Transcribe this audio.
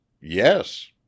Yes